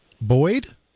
Boyd